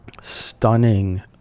stunning